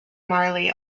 marley